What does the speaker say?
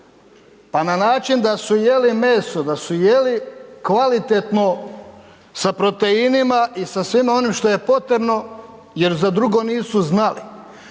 Pa na način da su jeli meso, da su jeli kvalitetno sa proteinima i sa svime onim što je potrebno jer za drugo nisu znali.